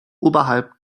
oberhalb